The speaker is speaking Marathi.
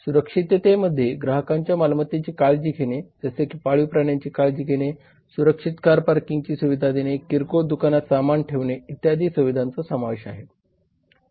सुरक्षिततेमध्ये ग्राहकांच्या मालमत्तेची काळजी घेणे जसे की पाळीव प्राण्यांची काळजी घेणे सुरक्षित कार पार्किंगची सुविधा देणे किरकोळ दुकानात सामान ठेवणे इत्यादी सुविधांचा समावेश आहे